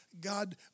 God